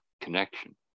connection